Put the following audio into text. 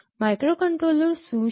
microcontroller શું છે